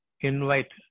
invite